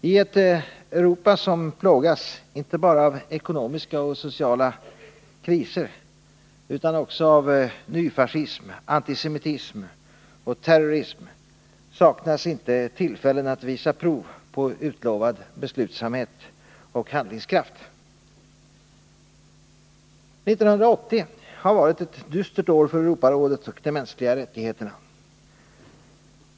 I ett Europa som plågas inte bara av ekonomiska och sociala kriser utan också av nyfascism, antisemitism och terrorism saknas inte tillfällen att visa prov på utlovad beslutsamhet och handlingskraft. 1980 har varit ett dystert år för Europarådet och de mänskliga rättigheterna.